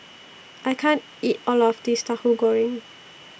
I can't eat All of This Tahu Goreng